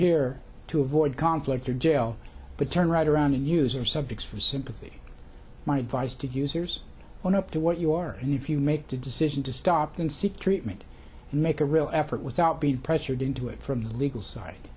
hear to avoid conflict or jail but turn right around and use are subjects for sympathy my advice to users on up to what you are and if you make the decision to stop and seek treatment and make a real effort without being pressured into it from the legal side